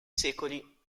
secoli